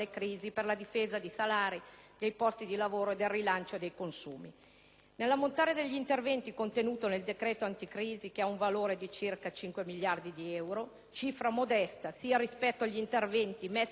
i posti di lavoro e per rilanciare i consumi. L'ammontare degli interventi contenuti nel decreto anticrisi ha un valore di 4,9 miliardi di euro, una cifra modesta anche rispetto agli interventi messi in atto da altri Paesi europei